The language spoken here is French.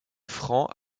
francs